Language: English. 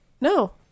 no